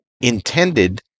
intended